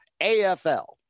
AFL